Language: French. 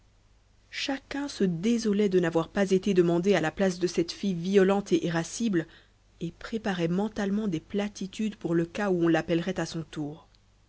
chacun se désolait de n'avoir pas été demandé à la place de cette fille violente et irascible et préparait mentalement des platitudes pour le cas où on l'appellerait à son tour